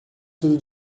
tudo